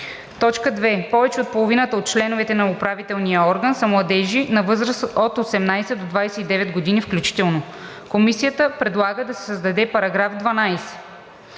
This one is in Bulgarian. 2. повече от половината от членовете на управителния орган са младежи на възраст от 18 до 29 години включително.“ Комисията предлага да се създаде § 12: „§ 12.